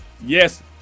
Yes